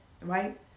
right